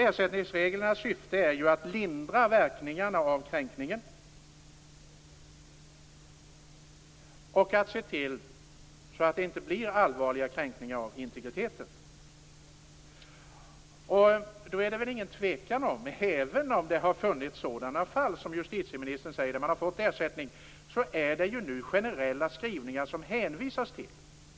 Ersättningsreglernas syfte är ju att lindra verkningarna av kränkningen och att se till så att det inte blir allvarliga kränkningar av integriteten. Då är det väl ingen tvekan om, även om det har funnits sådana fall som justitieministern talar om där man har fått ersättning, att det ju nu är generella skrivningar som det hänvisas till.